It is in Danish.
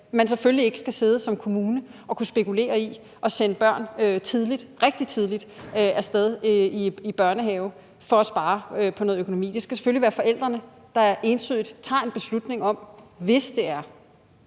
ikke skal sidde som kommune og kunne spekulere i at sende børn tidligt – rigtig tidligt – af sted i børnehave for at spare på noget økonomi. Det skal selvfølgelig være forældrene, der entydigt tager en beslutning om det, hvis det er,